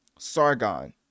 sargon